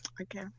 Okay